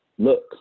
look